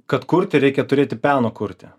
kad kurti reikia turėti peno kurti